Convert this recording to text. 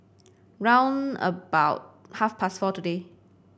round about half past four today